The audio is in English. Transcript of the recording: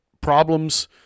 problems